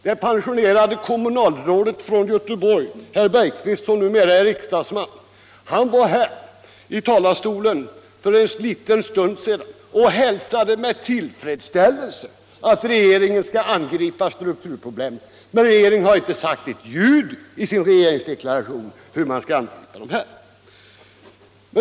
Det pensionerade kommunatrådet herr Holger Bergqvist i Göteborg, som numera är riksdagsman, hälsade från denna talarstol för en liten stund sedan med tillfredsställelse att regeringen skall angripa strukturproblemen. Men regeringen har inte sagt ett ljud i sin regeringsdeklaration om hur man skall angripa dem.